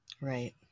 Right